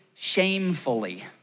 shamefully